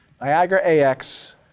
Niagara-AX